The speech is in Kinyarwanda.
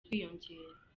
kwiyongera